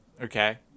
okay